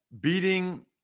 beating